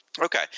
Okay